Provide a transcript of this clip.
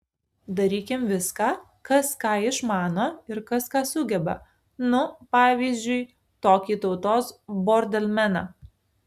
darykim viską kas ką išmano ir kas ką sugeba nu pavyzdžiui tokį tautos bordelmeną